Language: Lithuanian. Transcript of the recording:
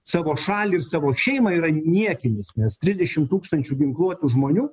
savo šalį ir savo šeimą yra niekinis nes trisdešim tūkstančių ginkluotų žmonių